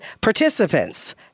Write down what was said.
participants